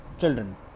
children